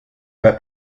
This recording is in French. pas